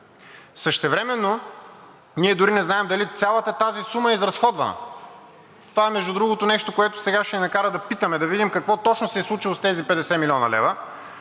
Същевременно ние дори не знаем дали цялата тази сума е изразходвана. Това е, между другото, нещо, което сега ще ни накара да питаме, да видим какво точно се е случило с тези 50 млн. лв.